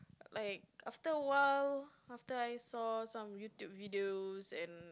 like after a while after I saw some YouTube videos and